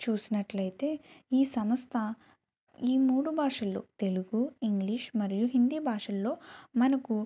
చూసినట్లయితే ఈ సంస్థ ఈ మూడు భాషల్లో తెలుగు ఇంగ్లీష్ మరియు హిందీ భాషల్లో మనకు